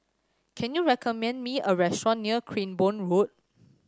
can you recommend me a restaurant near Cranborne Road